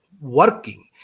working